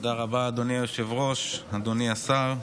תודה רבה, אדוני היושב-ראש, אדוני השר.